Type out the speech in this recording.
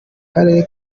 karere